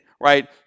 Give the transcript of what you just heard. right